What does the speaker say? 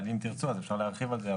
אבל אם תרצו אז אפשר להרחיב על זה.